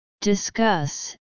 Discuss